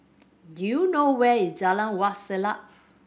do you know where is Jalan Wak Selat